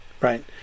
right